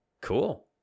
Cool